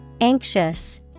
Anxious